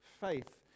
faith